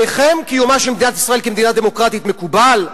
עליכם קיומה של מדינת ישראל כמדינה דמוקרטית מקובל?